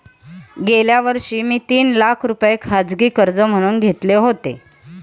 गेल्या वर्षी मी तीन लाख रुपये खाजगी कर्ज म्हणून घेतले होते